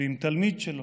ועם תלמיד שלו,